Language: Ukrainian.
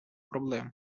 проблем